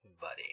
buddy